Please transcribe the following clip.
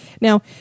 Now